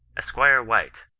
esquire white,